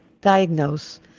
diagnose